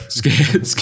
scared